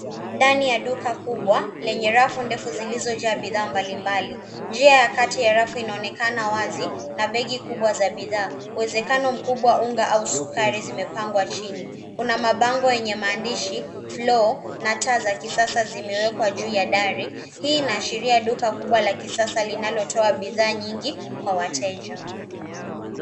Ndani ya duka kubwa lenye rafu ndefu zenye bidhaa mbalimbali. Njia ya kati ya rafu inaonekana wazi, ikiwa na begi kubwa za bidhaa. Nafaka kubwa kama unga au sukari zimepangwa chini. Kuna mabango yenye maandishi, michoro, na taarifa ambazo zimewekwa juu. Hii inaonyesha duka kubwa la kisasa linalouza bidhaa nyingi kwa wateja